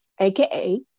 aka